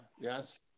Yes